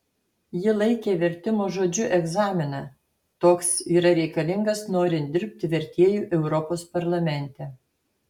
ji laikė vertimo žodžiu egzaminą toks yra reikalingas norint dirbti vertėju europos parlamente